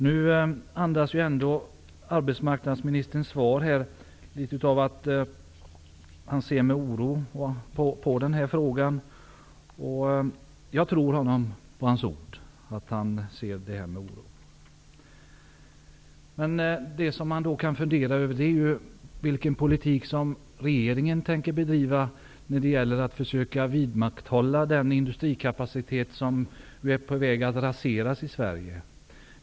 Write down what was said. Nu framgår av arbetsmarknadsministerns svar att han ser med oro på frågan, och jag tror honom på hans ord. Men vilken politik tänker regeringen bedriva för att försöka vidmakthålla den industrikapacitet som är på väg att raseras i Sverige?